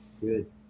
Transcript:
good